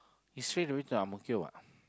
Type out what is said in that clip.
is straight away to Ang-Mo-Kio what